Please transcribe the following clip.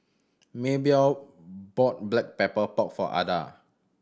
Maybell bought Black Pepper Pork for Ada